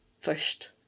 first